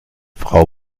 frau